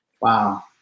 Wow